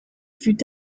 fut